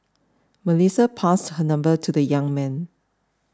Melissa passed her number to the young man